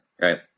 right